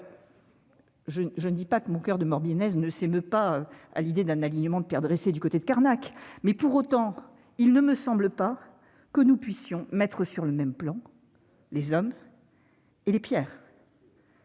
Oh ! Je ne dis pas que mon coeur de Morbihannaise ne s'émeut pas à l'idée d'un alignement de pierres dressées du côté de Carnac, mais, pour autant, je ne crois pas que nous puissions mettre sur le même plan les hommes et les pierres